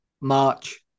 March